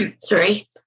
Sorry